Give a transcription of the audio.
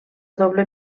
doble